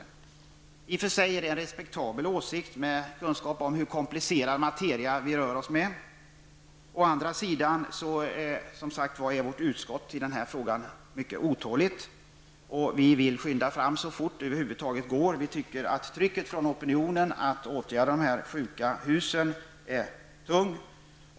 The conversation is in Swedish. I och för sig är det en respektabel åsikt, utifrån kunskapen om hur komplicerad den materia är som vi rör oss med. Å andra sidan är vårt utskott mycket otåligt i den här frågan. Vi vill skynda framåt så fort det över huvud taget är möjligt. Vi tycker att trycket från opinionen på åtgärder beträffande sjuka hus är tungt.